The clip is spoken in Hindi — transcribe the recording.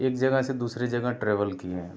एक जगह से दूसरे जगह ट्रैवल किए हैं हम